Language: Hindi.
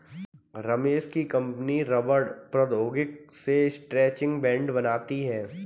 रमेश की कंपनी रबड़ प्रौद्योगिकी से स्ट्रैचिंग बैंड बनाती है